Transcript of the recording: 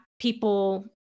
people